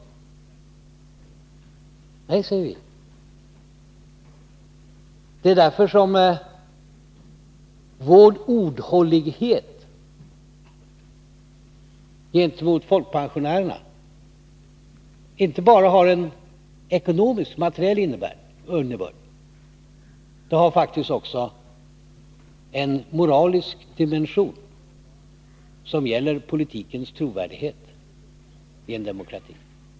Nej, säger vi. Det är därför vår ordhållighet gentemot folkpensionärerna inte bara har en materiell innebörd. Den har faktiskt också en moralisk dimension som gäller politikens trovärdighet i en demokrati.